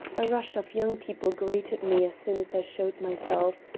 a rush of young people greeted me as soon as i showed myself.